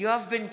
יואב בן צור,